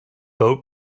boat